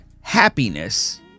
happiness